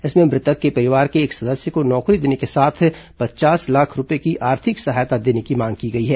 इसमें मृतक के परिवार के एक सदस्य को नौकरी देने के साथ पचास लाख रूपये की आर्थिक सहायता देने की मांग की गई है